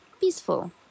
peaceful